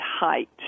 height